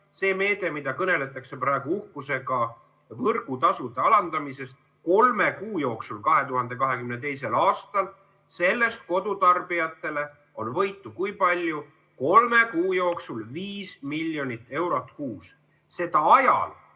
meetmest, millest kõneldakse praegu uhkusega – võrgutasude alandamine kolme kuu jooksul 2022. aastal –, on kodutarbijatel võitu kui palju? Kolme kuu jooksul 5 miljonit eurot kuus. Seda ajal,